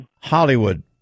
Hollywood